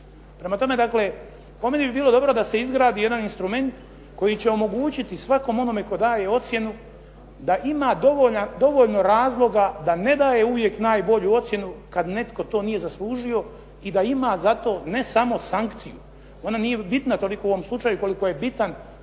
Prema tome, dakle po meni bi bilo dobro da se izgradi jedan instrument koji će omogućiti svakom onome tko daje ocjenu da ima dovoljno razloga da ne daju uvijek najbolju ocjenu kad netko to nije zaslužio i da ima za to ne samo sankciju jer ona nije bitna toliko u ovom slučaju, koliko je bitan,